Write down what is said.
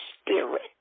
spirit